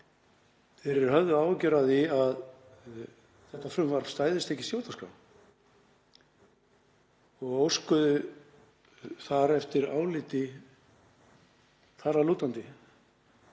Þeir höfðu áhyggjur af því að þetta frumvarp stæðist ekki stjórnarskrá og óskuðu eftir áliti þar að lútandi.